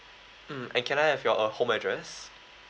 mm and I can I have your uh home address